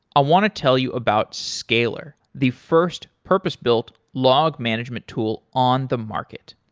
i want to tell you about scalyr the first purpose-built log management tool on the market.